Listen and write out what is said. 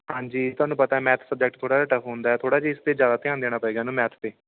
ਹਾਂਜੀ ਤੁਹਾਨੂੰ ਪਤਾ ਮੈਥ ਸਬਜੈਕਟ ਥੋੜ੍ਹਾ ਜਿਹਾ ਟਫ ਹੁੰਦਾ ਥੋੜ੍ਹਾ ਜਿਹਾ ਇਸ 'ਤੇ ਜ਼ਿਆਦਾ ਧਿਆਨ ਦੇਣਾ ਪਏਗਾ ਉਹਨੂੰ ਮੈਥ 'ਤੇ